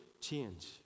change